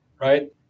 right